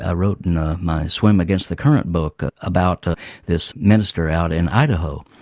ah wrote in ah my swim against the current book about this minister out in idaho.